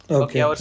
okay